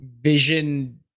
vision